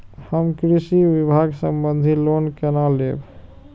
हम कृषि विभाग संबंधी लोन केना लैब?